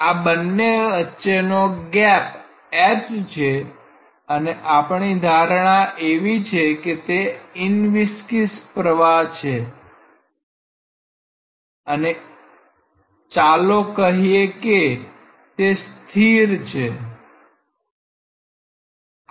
આ બંને વચ્ચેનો ગેપ h છે અને આપણી ધારણા એવી છે કે તે ઇનવિસ્કીડ પ્રવાહ છે અને ચાલો કહી કે તે સ્થિર પ્રવાહ છે